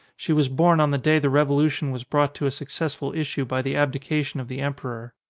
she was born on the day the revolu tion was brought to a successful issue by the abdi cation of the emperor.